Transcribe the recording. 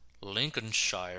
Lincolnshire